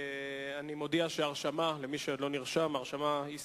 אני מודיע שההרשמה הסתיימה.